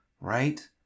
right